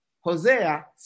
Hosea